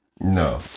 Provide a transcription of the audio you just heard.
No